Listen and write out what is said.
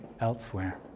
elsewhere